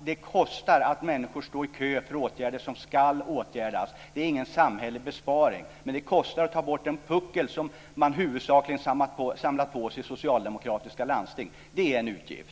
Det kostar att människor står i kö för åtgärder som ska vidtas. Det är ingen samhällelig besparing. Men det kostar att ta bort den puckel som man huvudsakligen samlat på sig i socialdemokratiskt styrda landsting. Det är en utgift.